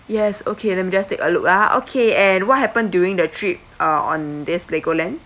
yes okay let me just take a look ah okay and what happened during the trip uh on this legoland